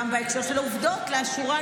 גם בהקשר של העובדות לאשורן,